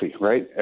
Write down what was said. right